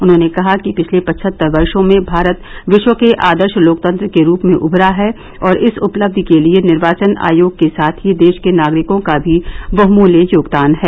उन्होंने कहा कि पिछले पचहत्तर वर्षो में भारत विश्व के आदर्श लोकतंत्र के रूप मे उभरा है और इस उपलब्धि के लिये निर्वाचन आयोग के साथ ही देश के नागरिकों का भी बहुमूल्य योगदान है